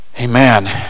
Amen